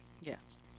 Yes